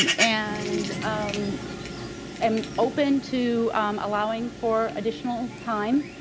um and um am open to allowing for additional time.